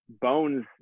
Bones